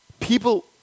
People